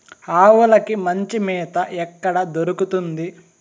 ఆవులకి మంచి మేత ఎక్కడ దొరుకుతుంది?